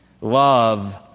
love